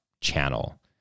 channel